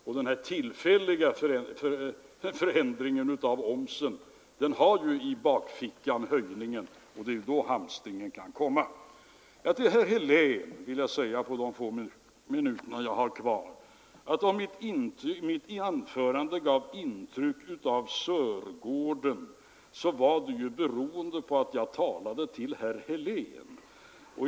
Och den tillfälliga förändringen av momsen har ju en höjning i bakgrunden, och det är då som en hamstring kan uppkomma. Härefter vill jag använda någon tid av de få minuter jag har kvar till att säga till herr Helén, att om mitt anförande gav intryck av Sörgården, så berodde det på att jag talade till herr Helén.